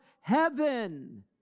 heaven